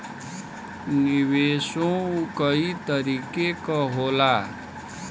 निवेशो कई तरीके क होला